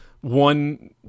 One